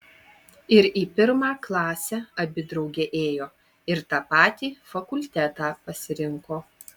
ir į pirmą klasę abi drauge ėjo ir tą patį fakultetą pasirinko